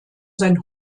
sein